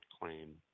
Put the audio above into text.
claim